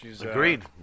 Agreed